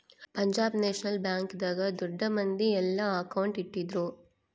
Punjab national bank ದಾಗ ದೊಡ್ಡ ಮಂದಿ ಯೆಲ್ಲ ಅಕೌಂಟ್ ಇಟ್ಟಿದ್ರು